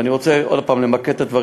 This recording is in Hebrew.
ואני רוצה עוד פעם למקד את הדברים,